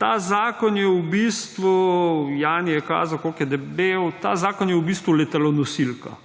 Ta zakon je v bistvu – Jani je kazal, koliko je debel –, ta zakon je v bistvu letalonosilka